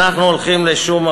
אנחנו הולכים לשום מקום,